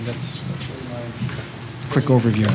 that's a quick overview